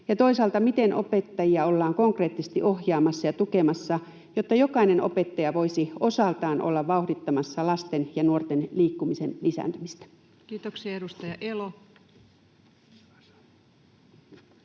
Ja toisaalta: Miten opettajia ollaan konkreettisesti ohjaamassa ja tukemassa, jotta jokainen opettaja voisi osaltaan olla vauhdittamassa lasten ja nuorten liikkumisen lisääntymistä? Kiitoksia. — Edustaja Elo. Arvoisa